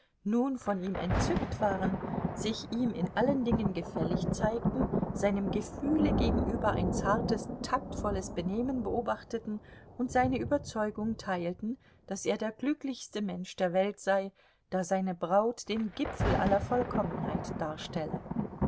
nun von ihm entzückt waren sich ihm in allen dingen gefällig zeigten seinem gefühle gegenüber ein zartes taktvolles benehmen beobachteten und seine überzeugung teilten daß er der glücklichste mensch der welt sei da seine braut den gipfel aller vollkommenheit darstelle